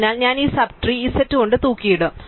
അതിനാൽ ഞാൻ ഈ സബ് ട്രീ z കൊണ്ട് തൂക്കിയിടും